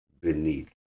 beneath